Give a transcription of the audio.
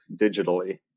digitally